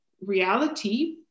reality